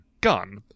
gun